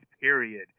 period